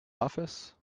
office